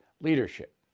leadership